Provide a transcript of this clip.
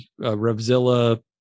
Revzilla